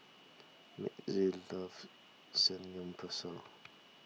Mitzi loves Samgyeopsal